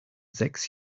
sechs